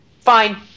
fine